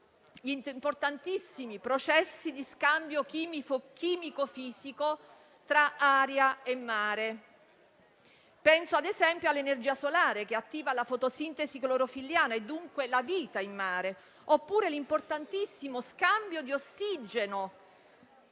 importantissimi processi di scambio chimico-fisico tra aria e mare: penso - ad esempio - all'energia solare, che attiva la fotosintesi clorofilliana e, dunque, la vita in mare, oppure all'importantissimo scambio di ossigeno